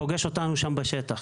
פוגש אותנו שם בשטח.